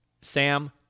Sam